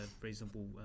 reasonable